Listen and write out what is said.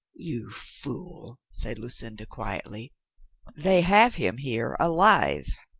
you fool, said lucinda quietly they have him here alive.